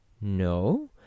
no